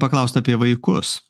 paklaust apie vaikus